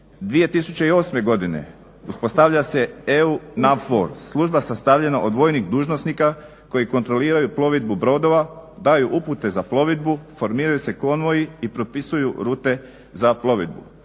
2008. godine uspostavlja se EU NAVOR služba sastavljena od vojnih dužnosnika koji kontroliraju plovidbu brodova, daju upute za plovidbu, formiraju se konvoji i propisuju rute za plovidbu.